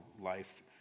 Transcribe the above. life